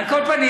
על כל פנים,